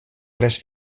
tres